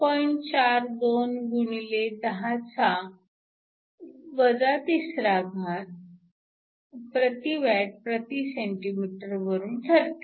42 x 10 3 ω 1 cm 1 वरून ठरते